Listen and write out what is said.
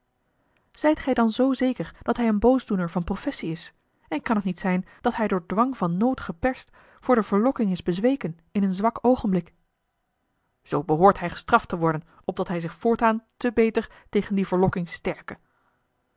zijt gij dan zoo zeker dat hij een boosdoener van professie is en kan t niet zijn dat hij door dwang van nood geperst voor de verlokking is bezweken in een zwak oogenblik zoo behoort hij gestraft te worden opdat hij zich voortaan te beter tegen die verlokking sterke